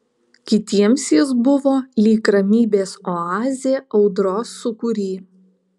kitiems jis buvo lyg ramybės oazė audros sūkury